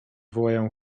wołają